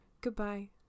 Goodbye